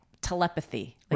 telepathy